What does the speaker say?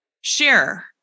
share